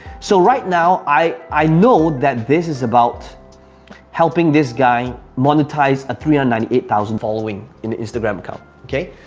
so right now i know that this is about helping this guy monetize a three hundred and ninety eight thousand following in instagram account, okay?